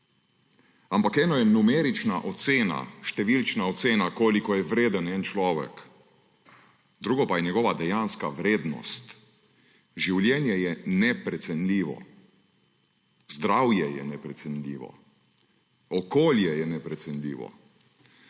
Ampak eno je numerična ocena, številčna ocena, koliko je vreden en človek, drugo pa je njegova dejanska vrednost. Življenje je neprecenljivo. Zdravje je neprecenljivo. Okolje je neprecenljivo.